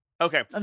Okay